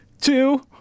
two